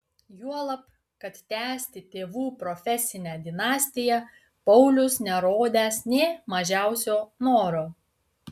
juolab kad tęsti tėvų profesinę dinastiją paulius nerodęs nė mažiausio noro